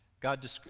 God